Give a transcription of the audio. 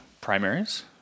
primaries